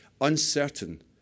uncertain